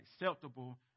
acceptable